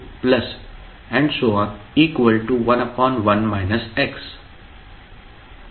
11 x if । x । 1